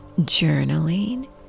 journaling